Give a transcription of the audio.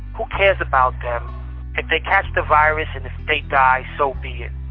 who cares about them? if they catch the virus and if they die, so be it.